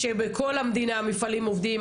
שבכל המדינה המפעלים עובדים,